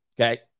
Okay